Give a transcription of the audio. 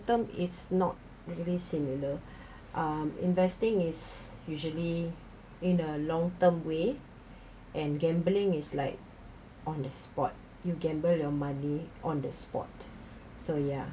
term it's not really similar um investing is usually in a long term way and gambling is like on the spot you gamble your money on the spot so ya